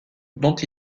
dont